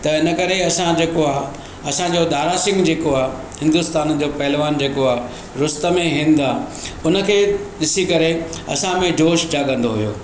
त इनकरे असां जेको आहे असांजो दारासिंग जेको आहे हिंदुस्तान जो पहलवान जेको आहे रुस्तम ए हिंद आ्हे उनखे ॾिसी करे असां में जोश जाॻंदो हुयो